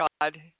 God